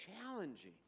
challenging